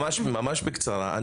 ממש בקצרה.